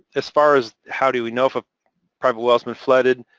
as far as, how do we know if a private well has been flooded,